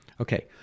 Okay